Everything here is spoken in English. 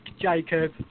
Jacob